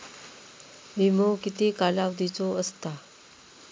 विमो किती कालावधीचो असता?